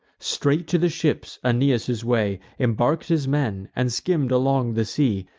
straight to the ships aeneas his way, embark'd his men, and skimm'd along the sea,